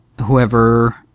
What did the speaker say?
whoever